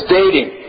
dating